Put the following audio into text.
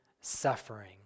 suffering